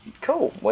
Cool